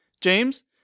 james